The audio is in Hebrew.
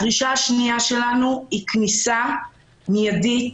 הדרישה השנייה שלנו היא כניסה מיידית